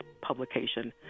publication